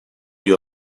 you